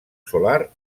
solar